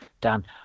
done